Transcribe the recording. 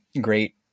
great